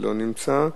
שלא נמצא,